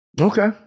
Okay